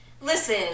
Listen